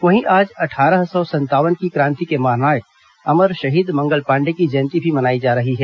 वहीं आज अट्ठारह सौ संतावन की क्रांति के महानायक अमर शहीद मंगल पांडे की जयंती भी मनाई जा रही है